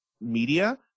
media